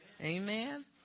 Amen